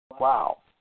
Wow